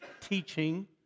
teaching